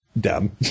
dumb